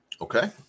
Okay